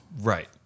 Right